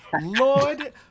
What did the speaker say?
Lord